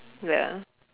ya